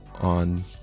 on